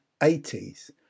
80s